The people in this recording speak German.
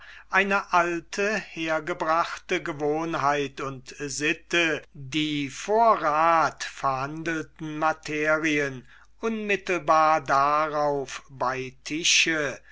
eine alte hergebrachte gewohnheit und sitte die bei dem rat verhandelten materien unmittelbar darauf bei tische